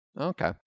Okay